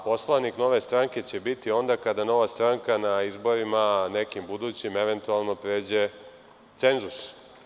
Poslanik Nove stranke će biti onda kada Nova stranka na izborima, nekim budućim, pređe cenzus.